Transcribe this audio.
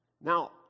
Now